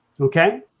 Okay